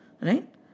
right